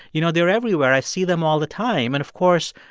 you know, they're everywhere. i see them all the time. and, of course,